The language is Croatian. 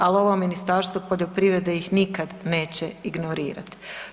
Ali ovo Ministarstvo poljoprivrede ih nikad neće ignorirati.